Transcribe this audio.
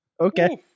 Okay